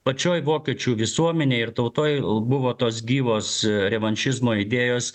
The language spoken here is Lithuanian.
pačioj vokiečių visuomenėj ir tautoj buvo tos gyvos revanšizmo idėjos